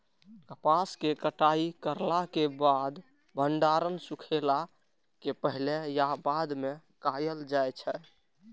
कपास के कटाई करला के बाद भंडारण सुखेला के पहले या बाद में कायल जाय छै?